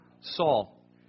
Saul